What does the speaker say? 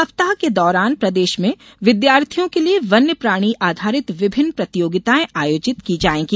सप्ताह के दौरान प्रदेश में विद्यार्थियों के लिये वन्य प्राणी आधारित विभिन्न प्रतियोगिताएँ आयोजित की जायेंगी